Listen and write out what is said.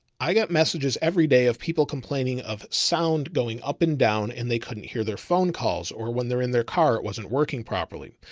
i got messages every day of people complaining of sound going up and down and they couldn't hear their phone calls or when they're in their car, it wasn't working properly.